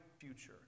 future